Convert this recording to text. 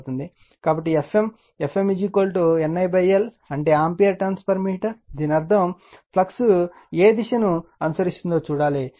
కాబట్టి ఇది Fm Fm NI l అంటే ఆంపియర్ టర్న్స్ మీటర్ దీని అర్థం ఫ్లక్స్ ఎవరి దిశను అనుసరిస్తుందో చూడాలి